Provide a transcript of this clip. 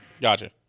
Gotcha